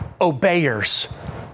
obeyers